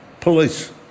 Police